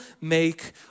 make